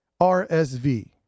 RSV